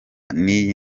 n’iyi